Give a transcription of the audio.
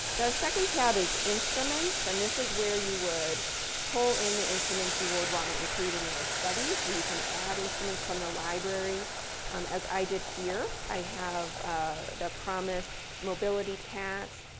the second tab is instruments. and this is where you would pull in the instruments you would want to include in your study so you can add instruments from the library um as i did here. i have the promis mobility cat,